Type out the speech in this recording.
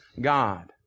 God